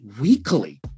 weekly